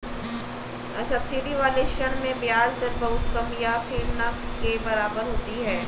subsidy वाले ऋण में ब्याज दर बहुत कम या फिर ना के बराबर होती है